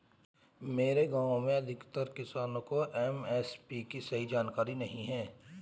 मेरे गांव में अधिकतर किसान को एम.एस.पी की सही जानकारी नहीं है